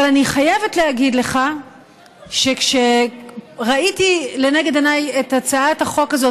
אבל אני חייבת להגיד לך שכשראיתי לנגד עיניי את הצעת החוק הזאת